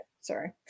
Sorry